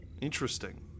interesting